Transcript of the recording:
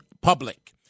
public